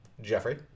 Jeffrey